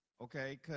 Okay